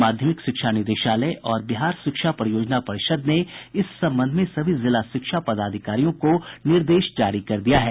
माध्यमिक शिक्षा निदेशालय और बिहार शिक्षा परियोजना परिषद ने इस संबंध में सभी जिला शिक्षा पदाधिकारियों को निर्देश जारी कर दिया है